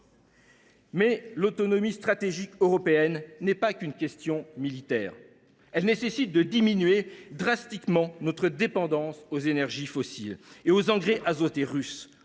L’autonomie stratégique européenne n’est pas qu’une question militaire. Elle ne peut être atteinte qu’en diminuant drastiquement notre dépendance aux énergies fossiles et aux engrais azotés russes,